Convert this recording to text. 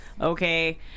Okay